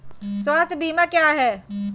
स्वास्थ्य बीमा क्या है?